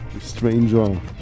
Stranger